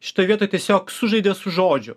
šitoj vietoj tiesiog sužaidė su žodžiu